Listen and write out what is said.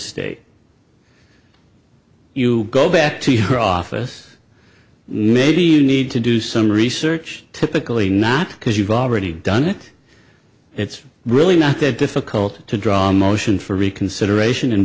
state you go back to her office maybe you need to do some research typically not because you've already done it it's really not that difficult to draw a motion for reconsideration